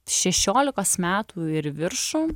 šešiolikos metų ir į viršų